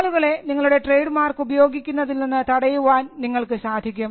ആളുകളെ നിങ്ങളുടെ ട്രേഡ്മാർക്ക് ഉപയോഗിക്കുന്നതിൽ നിന്നും തടയുവാൻ നിങ്ങൾക്ക് സാധിക്കും